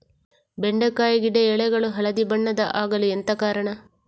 ಬೆಂಡೆಕಾಯಿ ಗಿಡ ಎಲೆಗಳು ಹಳದಿ ಬಣ್ಣದ ಆಗಲು ಎಂತ ಕಾರಣ?